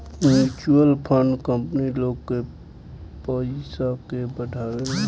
mutual fund company लोग के पयिसा के बढ़ावेला